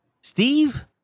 Steve